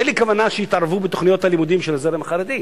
אין לי כוונה שיתערבו בתוכניות הלימודים של הזרם החרדי.